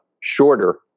shorter